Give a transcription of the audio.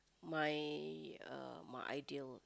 my uh my ideal